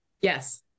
Yes